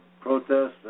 protests